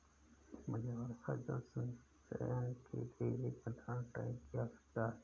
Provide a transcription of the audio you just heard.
मुझे वर्षा जल संचयन के लिए एक भंडारण टैंक की आवश्यकता है